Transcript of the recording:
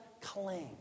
claim